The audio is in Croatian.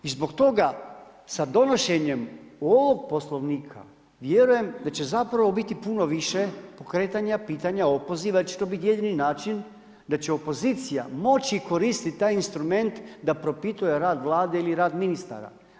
I zbog toga sa donošenjem ovoga Poslovnika vjerujem da će zapravo biti puno više pokretanja pitanja opoziva jer će to biti jedini način da će opozicija moći koristiti taj instrument da propituje rad Vlade ili rad ministara.